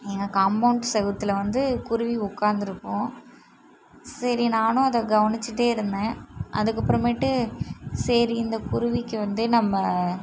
எங்கள் காம்பவுண்ட் செவுத்தில் வந்து குருவி உட்காந்துருக்கும் சரி நானும் அதை கவனிச்சிகிட்டே இருந்தேன் அதுக்கப்புறமேட்டு சரி இந்த குருவிக்கு வந்து நம்ம